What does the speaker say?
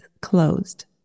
closed